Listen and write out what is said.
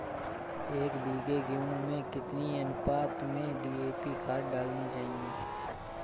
एक बीघे गेहूँ में कितनी अनुपात में डी.ए.पी खाद डालनी चाहिए?